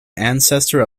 ancestor